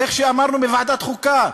איך שאמרנו בוועדת חוקה,